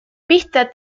vista